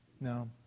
No